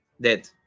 Dead